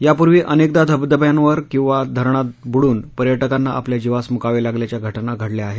यापूर्वी अनक्रिदा धबधब्यावर किंवा धरणात बुड्रन पर्यटकांना आपल्या जिवास मुकावलिगल्याच्या घटना घडल्या आहेत